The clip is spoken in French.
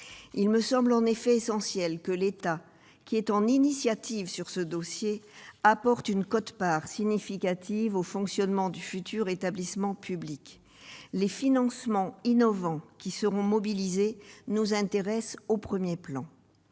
Il me semble en effet essentiel que l'État, qui est à l'initiative sur ce dossier, apporte une quote-part significative au fonctionnement du futur établissement public. Les financements innovants qui seront mobilisés nous intéressent au premier chef.